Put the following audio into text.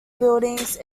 buildings